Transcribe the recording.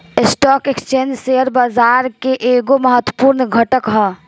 stock exchange share बाजार के एगो महत्वपूर्ण घटक ह